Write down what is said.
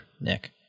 Nick